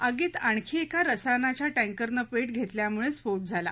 आगीत आणखी एका रसायनाच्या टँकरने पेट घेतल्यामुळं स्फोट झाला